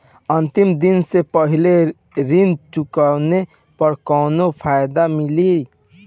अंतिम दिन से पहले ऋण चुकाने पर कौनो फायदा मिली?